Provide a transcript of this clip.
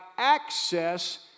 access